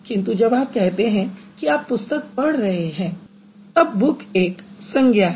किन्तु जब आप कहते हैं कि आप पुस्तक पढ़ रहे हैं तब बुक एक संज्ञा है